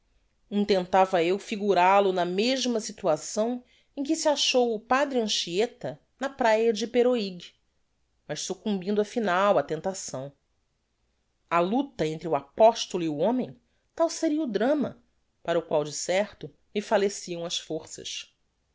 predilecção intentava eu figural o na mesma situação em que se achou o padre anchieta na praia de iperoig mas succumbindo afinal á tentação a lucta entre o apostolo e o homem tal seria o drama para o qual de certo me falleciam as forças